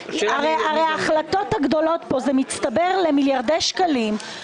הרי ההחלטות פה מצטברות למיליארדי שקלים.